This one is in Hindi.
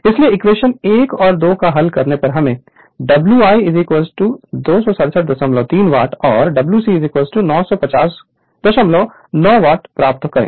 इसलिए इक्वेशन 1 और 2 को हल करने पर W i 2673 वाट और W c 9509 वाट प्राप्त करें